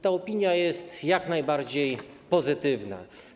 Ta opinia jest jak najbardziej pozytywna.